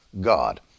God